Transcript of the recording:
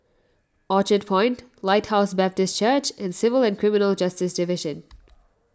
Orchard Point Lighthouse Baptist Church and Civil and Criminal Justice Division